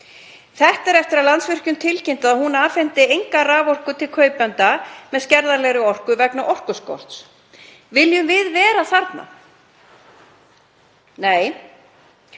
Þetta er eftir að Landsvirkjun tilkynnti að hún afhenti enga raforku til kaupenda skerðanlegrar orku vegna orkuskorts. Viljum við vera þarna? Nei.